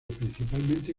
principalmente